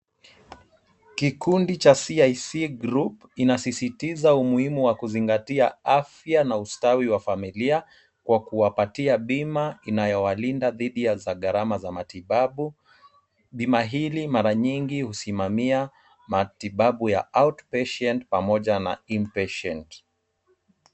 Kikundi cha CIC Group, inasisitiza umuhimu wa kuzingatia afya na ustawi wa familia kwa kuwapatia bima inayowalinda dhidi ya gharama ya matibabu. Bima hili mara nyingi husimamia matibabu ya out-patient pamoja na in-patient .